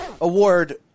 award